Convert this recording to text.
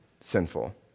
sinful